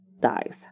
dies